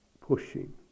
pushing